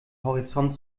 horizont